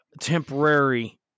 temporary